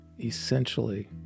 essentially